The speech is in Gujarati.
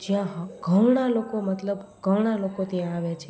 જ્યાં ઘણા લોકો મતલબ ઘણા લોકો ત્યાં આવે છે